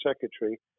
secretary